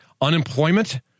unemployment